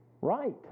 right